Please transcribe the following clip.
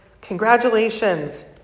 congratulations